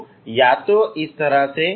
तो या तो इस तरह से